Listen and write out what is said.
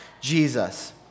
Jesus